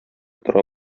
тора